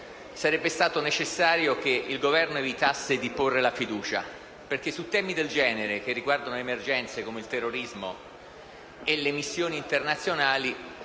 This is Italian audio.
sarebbe stato necessario che il Governo evitasse di porre la fiducia. Su argomenti che riguardano emergenze come il terrorismo e le missioni internazionali